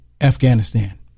Afghanistan